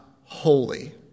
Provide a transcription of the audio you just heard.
holy